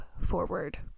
forward